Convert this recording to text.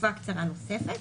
לתקופה קצרה נוספת,